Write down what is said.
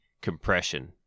compression